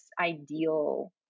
ideal